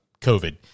covid